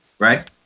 right